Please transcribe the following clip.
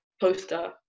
poster